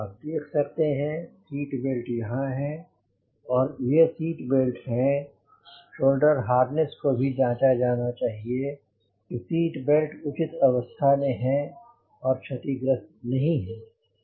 app देख सकते हैं सीट बेल्ट यहाँ हैं ये सीट बेल्ट हैं शोल्डर हार्नेस को भी जांचा जाना चाहिए कि सीट बेल्ट उचित अवस्था में हैं और क्षतिग्रस्त नहीं हैं